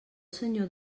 senyor